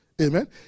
Amen